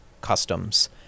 customs